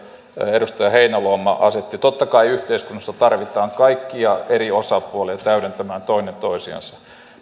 edustaja heinäluoma asetti totta kai yhteiskunnassa tarvitaan kaikkia eri osapuolia täydentämään toinen toisiansa